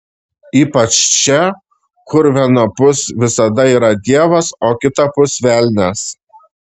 ypač čia kur vienapus visada yra dievas o kitapus velnias